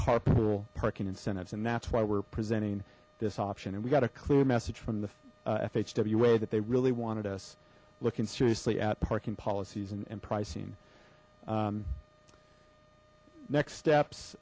carpool parking incentives and that's why we're presenting this option and we got a clear message from the fhwa that they really wanted us looking seriously at parking policies and pricing next